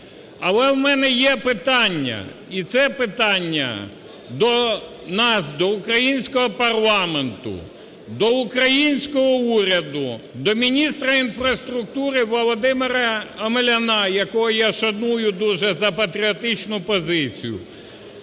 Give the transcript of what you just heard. Але в мене є питання, і це питання до нас, до українського парламенту, до українського уряду, до міністра інфраструктури Володимира Омеляна, якого я шаную дуже за патріотичну позицію,